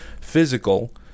physical